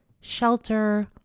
shelter